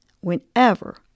whenever